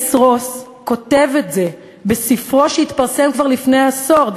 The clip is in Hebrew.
דניס רוס כותב את זה בספרו שהתפרסם לפני עשור,